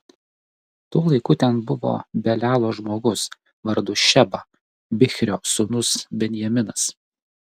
tuo laiku ten buvo belialo žmogus vardu šeba bichrio sūnus benjaminas